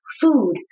food